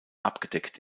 abgedeckt